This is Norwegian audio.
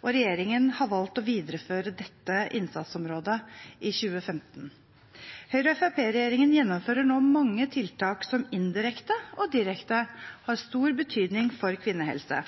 og regjeringen har valgt å videreføre dette innsatsområdet i 2015. Høyre–Fremskrittsparti-regjeringen gjennomfører nå mange tiltak som indirekte og direkte har stor betydning for kvinnehelse.